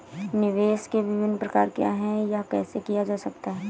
निवेश के विभिन्न प्रकार क्या हैं यह कैसे किया जा सकता है?